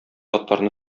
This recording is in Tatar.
атларны